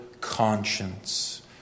conscience